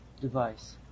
device